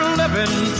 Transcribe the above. living